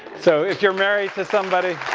so if you're married to somebody,